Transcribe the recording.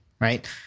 right